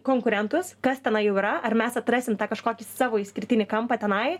konkurentus kas tenai jau yra ar mes atrasim tą kažkokį savo išskirtinį kampą tenai